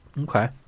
Okay